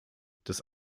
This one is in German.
das